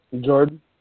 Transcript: Jordan